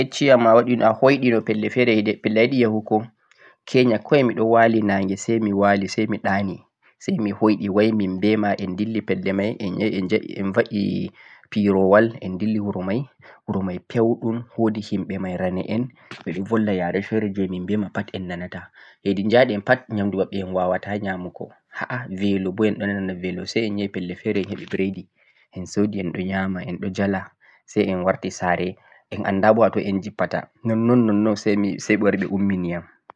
a numti lokaci a yecci yam a hoyɗi no pelle feere a yiɗi yahugo?,kenya miɗo wali nannge say mi wa li say mi ɗa'ni say mi hoyɗi way min be ma en dilli pelle may en yahi en ba'ii pirowol en dilli wuro may, wuro may pewɗum woodi himɓe mayrane en me ɗo bolla ya re feere jee min be ma pat en nanata, he ja de pat nyaamndu maɓɓe en waawaata ƴa'mugo, ha a bee'lo bo en ɗo nana beelo say en yahi pelle feere en heɓi bredi en soodi en ɗo ƴama en ɗo jala say en warti saare en annda bo ha to en jippata nonnon nonnon say ɓe wari ɓe ummi ni yam.